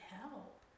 help